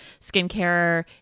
skincare